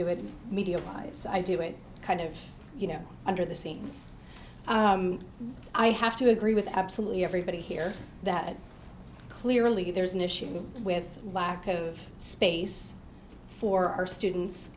with media lies i do it kind of you know under the scenes i have to agree with absolutely everybody here that clearly there's an issue with lack of space for our students